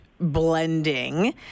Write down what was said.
blending